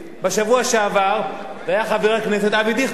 בשבוע שעבר זה היה חבר הכנסת אבי דיכטר,